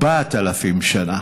4,000 שנה,